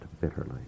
bitterly